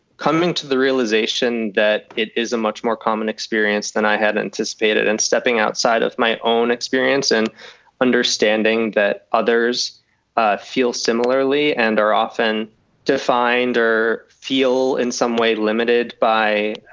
coming to the realization that it is a much more common experience than i had anticipated and stepping outside of my own experience and understanding that others ah feel similarly and are often defined or feel in some way limited by,